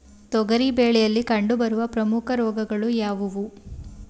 ತೊಗರಿ ಬೆಳೆಯಲ್ಲಿ ಕಂಡುಬರುವ ಪ್ರಮುಖ ರೋಗಗಳು ಯಾವುವು?